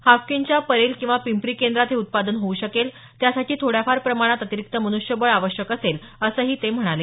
हाफकिनच्या परेल किंवा पिंपरी केंद्रात हे उत्पादन होऊ शकेल त्यासाठी थोड्याफार प्रमाणात अतिरीक्त मन्ष्यबळ आवश्यक असेल असंही ते म्हणाले